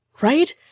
Right